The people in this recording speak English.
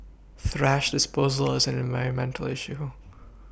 thrash disposal is an environmental issue